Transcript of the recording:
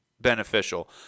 beneficial